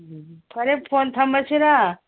ꯎꯝ ꯐꯔꯦ ꯐꯣꯟ ꯊꯝꯃꯁꯤꯔꯥ